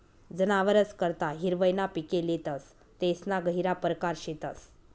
जनावरस करता हिरवय ना पिके लेतस तेसना गहिरा परकार शेतस